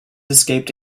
escaped